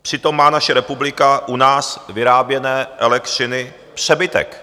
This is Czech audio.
Přitom má naše republika u nás vyráběné elektřiny přebytek.